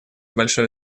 большое